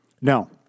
No